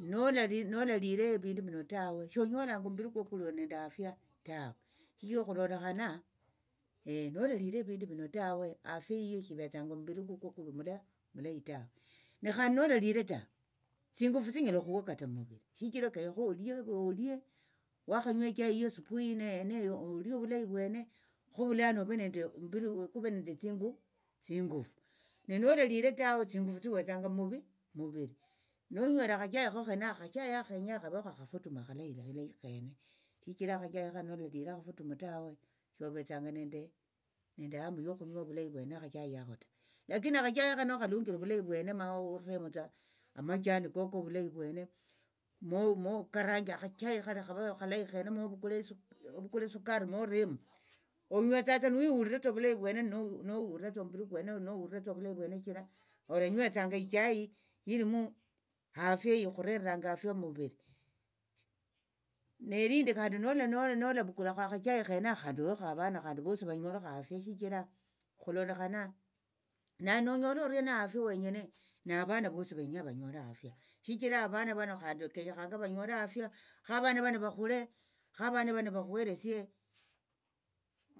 Nolali nolalire evindu vino tawe shonyolanga omumbiri kwo kuli nende afia tawe shichira okhulondokhana nolalire evindu vino tawe afia yiyo shivetsanga omumbiri kukwo kuli omulayi tawe nekhandi nolalire tawe tsingufu tsinyala okhuwa kata muviri shichira kenyekha olie olie wakhanywa echai yiyo supui olie ovulai vwene khovulano ove nende omumbiri kuve nende tsingu tsingufu nenolalire tawe tsingufu tsiwetsanga muvi muviri nonywere akhachai khakho khenakha khachai akha khenya khavekho akhafutumu akhalei lei lei khene shichira akhachai khano nolalire akhafutumu tawe shovetsanga nende ehamu yokhulia ovulayi vwene akhachai akho ta lakini akhachai hakho nokhalunjire vulayi vwene ma uremotsa amachani koko ovulayi vwene mokaranje akhachai khalia khave akhalayi khene ma ovukule esukari moremu onywetsatsa niwihuliratsa ovulayi vwene nohuliratsa omumbiri kwene nohuliratsa ovulayi vwene shichira olanywetsanga ichai ilimu afia ikhureranga afya muviri nelindi khandi nolavukulakho akhachai khenakha khandi ohekho avana khandi vosi vanyolekho afia shichira okhulolekhana nawe nonyole oriena afia wenyene navana vosi venya vanyole afia shichira avana vano khandi kenyekhanga vanyole afia khavana vano vakhule khavana vakhuheresie